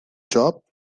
job